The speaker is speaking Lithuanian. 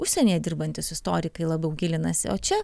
užsienyje dirbantys istorikai labiau gilinasi o čia